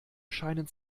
scheinen